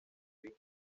fríos